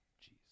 Jesus